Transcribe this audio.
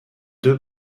deux